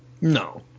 no